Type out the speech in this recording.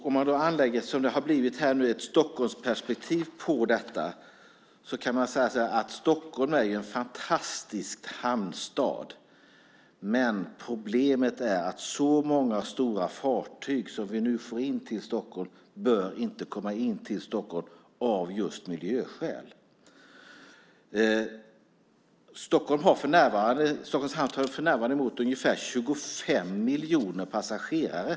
Om man då anlägger, som det har blivit här nu, ett Stockholmsperspektiv på detta kan man säga att Stockholm är en fantastisk hamnstad, men problemet är att så många stora fartyg som vi nu får in till Stockholm inte bör komma in till Stockholm av just miljöskäl. Stockholms hamn tar för närvarande emot 25 miljoner passagerare.